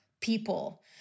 people